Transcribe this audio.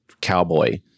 cowboy